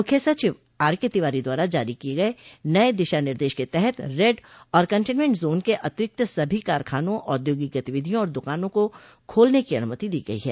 मुख्य सचिव R K Tiwari द्वारा जारी किए गए नये दिशा निर्देश के तहत रेड और कंटेनमेंट जोन के अतिरिक्त सभी कारखानों औद्योगिक गतिविधियों और दुकानों को खोलने की अनुमति दी गई है